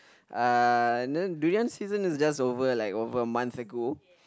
uh durian season is just over like over a month ago